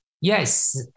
Yes